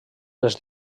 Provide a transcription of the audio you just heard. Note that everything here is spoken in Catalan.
les